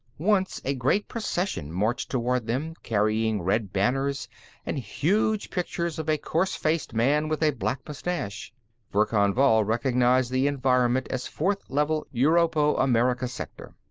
once a great procession marched toward them, carrying red banners and huge pictures of a coarse-faced man with a black mustache verkan vall recognized the environment as fourth level europo-american sector.